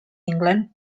england